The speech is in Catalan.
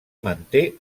manté